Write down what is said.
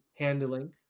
handling